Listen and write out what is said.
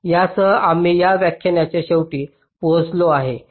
यासह आम्ही या व्याख्यानाच्या शेवटी पोहोचलो आहोत